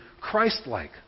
Christ-like